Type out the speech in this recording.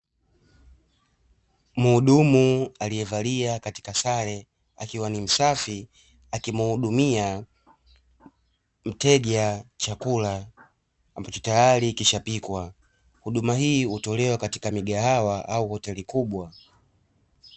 Mhudumu aliyevalia katika sare akiwa msafi akimuhudumia mteja chakula ambacho tayari kimeshapikwa huduma hii hutolewa katika migahawa au hoteli kubwa.